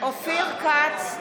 כץ,